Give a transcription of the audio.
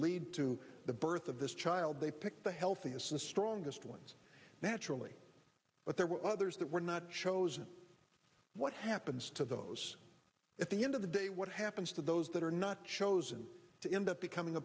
lead to the birth of this child they picked the healthiest and strongest ones that actually but there were others that were not chosen what happens to those at the end of the day what happens to those that are not chosen to end up becoming a